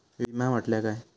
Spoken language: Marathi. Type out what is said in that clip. विमा म्हटल्या काय?